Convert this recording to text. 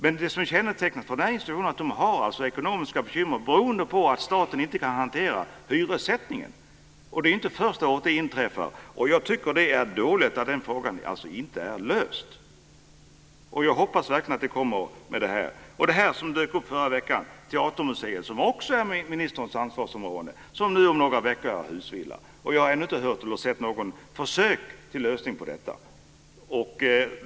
Men det som kännetecknar dessa institutioner är att de har ekonomiska bekymmer beroende på att staten inte kan hantera hyressättningen. Och det är inte första året det inträffar. Jag tycker att det är dåligt att denna fråga inte är löst. Jag hoppas verkligen att det kommer en lösning i och med detta. Förra veckan dök detta med teatermuseet upp, som också är ministerns ansvarsområde. Om några veckor blir de husvilla. Jag har ännu inte hört eller sett något försök till lösning på det.